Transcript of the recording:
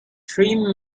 three